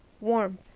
Warmth